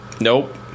Nope